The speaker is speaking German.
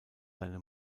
seine